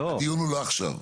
דיור הוא לא עכשיו.